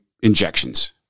injections